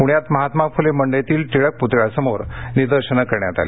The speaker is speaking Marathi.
पुण्यात महात्मा फुले मंडईतील टिळक पुतळ्यासमोर निदर्शन करण्यात आली